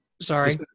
Sorry